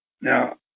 Now